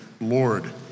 Lord